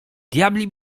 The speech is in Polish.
diabli